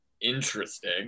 interesting